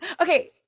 okay